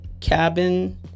cabin